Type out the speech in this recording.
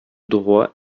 droit